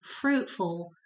fruitful